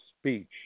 speech